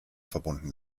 verbunden